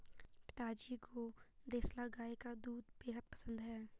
पिताजी को देसला गाय का दूध बेहद पसंद है